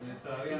לצערי,